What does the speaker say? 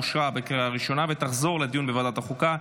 לוועדת החוקה,